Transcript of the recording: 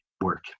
work